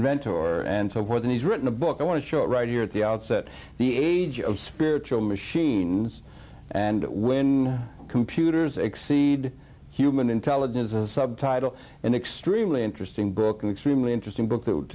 inventor and so forth and he's written a book i want to show right here at the outset the age of spiritual machines and when computers exceed human intelligence a subtitle an extremely interesting book an extremely interesting book that